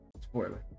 Spoiler